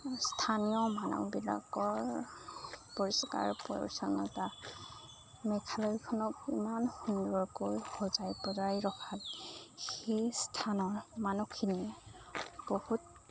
স্থানীয় মানুহবিলাকৰ পৰিষ্কাৰ পৰিচ্ছন্নতা মেঘালয়খনক ইমান সুন্দৰকৈ সজাই পৰাই ৰখাত সেই স্থানৰ মানুহখিনিয়ে বহুত